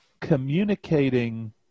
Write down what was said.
communicating